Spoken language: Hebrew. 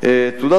שנייה היא,